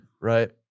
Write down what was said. Right